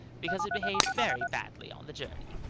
because it behaved very badly on the journey.